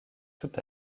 tout